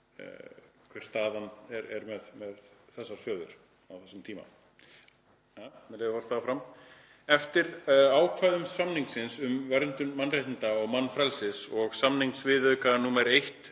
hver staðan er með þessar þjóðir á þessum tíma. Áfram, með leyfi forseta: „Eftir ákvæðum samningsins um verndun mannréttinda og mannfrelsis og samningsviðauka nr. 1,